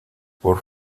por